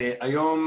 היום,